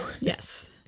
Yes